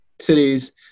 cities